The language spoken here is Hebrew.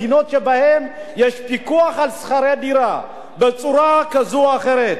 מדינות שבהן יש פיקוח על שכר דירה בצורה כזו או אחרת,